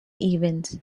events